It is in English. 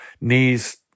knees